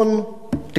תקבלו שניים.